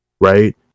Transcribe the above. Right